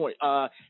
point